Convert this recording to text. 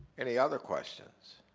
any other questions?